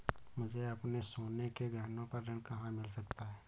मुझे अपने सोने के गहनों पर ऋण कहाँ मिल सकता है?